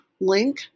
link